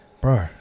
bro